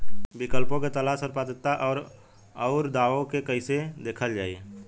विकल्पों के तलाश और पात्रता और अउरदावों के कइसे देखल जाइ?